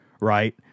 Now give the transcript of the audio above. right